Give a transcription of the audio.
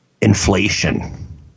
inflation